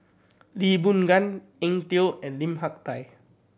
Lee Boon Ngan Eng Tow and Lim Hak Tai